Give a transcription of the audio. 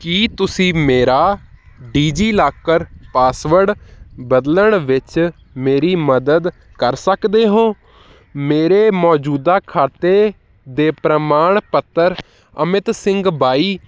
ਕੀ ਤੁਸੀਂ ਮੇਰਾ ਡੀਜੀਲਾਕਰ ਪਾਸਵਰਡ ਬਦਲਣ ਵਿੱਚ ਮੇਰੀ ਮਦਦ ਕਰ ਸਕਦੇ ਹੋ ਮੇਰੇ ਮੌਜੂਦਾ ਖਾਤੇ ਦੇ ਪ੍ਰਮਾਣ ਪੱਤਰ ਅਮਿਤ ਸਿੰਘ ਬਾਈ